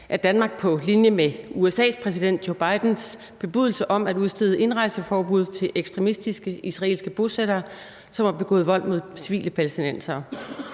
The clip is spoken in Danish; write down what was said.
at Danmark – på linje med USA’s præsidents, Joe Bidens, bebudelse – udsteder indrejseforbud til ekstremistiske israelske bosættere, som har begået vold mod civile palæstinensere,